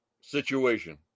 situation